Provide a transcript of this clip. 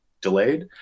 delayed